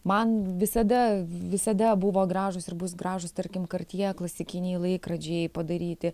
man visada visada buvo gražūs ir bus gražūs tarkim kartjė klasikiniai laikrodžiai padaryti